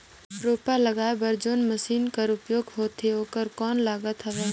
रोपा लगाय बर जोन मशीन कर उपयोग होथे ओकर कौन लागत हवय?